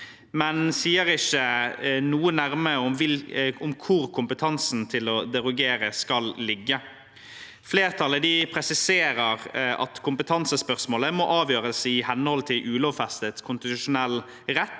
men sier ikke noe nærmere om hvor kompetansen til å derogere skal ligge. Flertallet presiserer at kompetansespørsmålet må avgjøres i henhold til ulovfestet konstitusjonell rett,